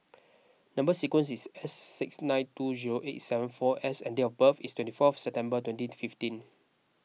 Number Sequence is S six nine two zero eight seven four S and date of birth is twenty fourth September twenty fifteen